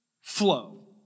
flow